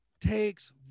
takes